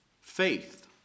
faith